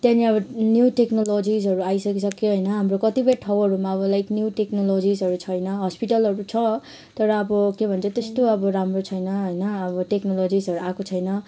त्यहाँनिर अब न्यू टेक्नोलोजिसहरू आइसकिइसक्यो होइन हाम्रो कतिपय ठाउँहरूमा अब लाइक न्यू टेक्नोलोजिसहरू छैन हस्पिटलहरू छ तर अब के भन्छ त्यस्तो अब राम्रो छैन होइन अब टेक्नोलजिसहरू आएको छैन